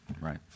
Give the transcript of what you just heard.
Right